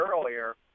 earlier